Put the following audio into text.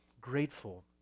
Grateful